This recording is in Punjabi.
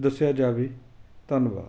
ਦੱਸਿਆ ਜਾਵੇ ਧੰਨਵਾਦ